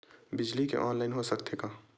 बिजली के ऑनलाइन हो सकथे का?